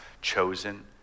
chosen